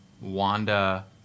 Wanda